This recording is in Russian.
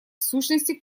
сущности